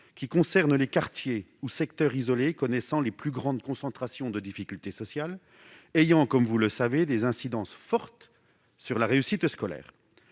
établissements des quartiers ou secteurs isolés connaissant les plus fortes concentrations de difficultés sociales, celles-ci ayant, comme vous le savez, des incidences fortes sur la réussite scolaire.